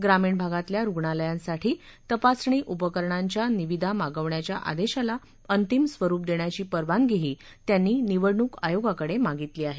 ग्रामीण भागातल्या रूग्णालयांसाठी तपासणी उपकरणांच्या निविदा मागवण्याच्या आदेशाला अंतिम स्वरूप देण्याची परवानगीही त्यांनी निवडणूक आयोगाकडे मागितली आहे